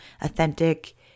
authentic